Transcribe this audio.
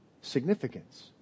significance